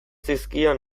zizkion